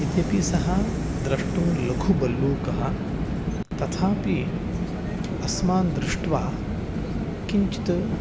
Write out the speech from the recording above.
यद्यपि सः द्रष्टुं लघु भल्लूकः तथापि अस्मान् दृष्ट्वा किञ्चित्